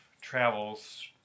travels